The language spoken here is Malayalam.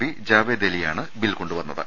പി ജാവേദ് അലിയാണ് ബിൽ കൊണ്ടുവന്നത്